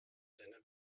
sinne